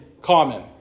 common